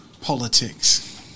politics